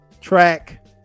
Track